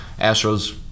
Astro's